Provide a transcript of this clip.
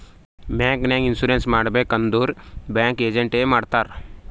bank ನಾಗ್ insurance ಮಾಡಬೇಕ್ ಅಂದುರ್ ಬ್ಯಾಂಕ್ ಏಜೆಂಟ್ ಎ ಮಾಡ್ತಾರ್